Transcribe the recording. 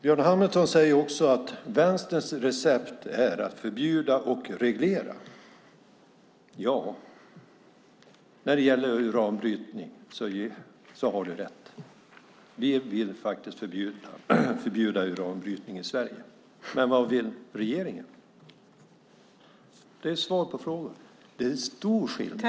Björn Hamilton säger också att Vänsterns recept är att förbjuda och reglera. När det gäller uranbrytning har du rätt. Vi vill faktiskt förbjuda uranbrytning i Sverige. Men vad vill regeringen? Det är svar på frågan. Det är stor skillnad.